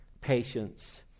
patience